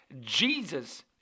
Jesus